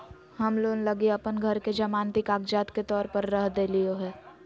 हम लोन लगी अप्पन घर के जमानती कागजात के तौर पर रख देलिओ हें